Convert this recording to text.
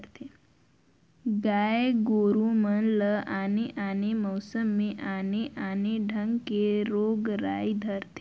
गाय गोरु मन ल आने आने मउसम में आने आने ढंग के रोग राई धरथे